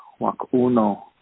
wakuno